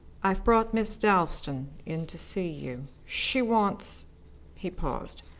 i have brought miss dalstan in to see you. she wants he paused.